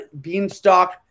Beanstalk